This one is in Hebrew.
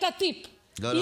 תודה רבה.